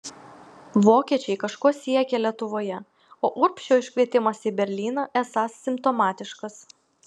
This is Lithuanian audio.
vokiečiai kažko siekią lietuvoje o urbšio iškvietimas į berlyną esąs simptomatiškas